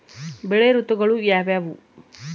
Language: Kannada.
ಬೆಳೆ ಋತುಗಳು ಯಾವ್ಯಾವು?